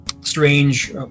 strange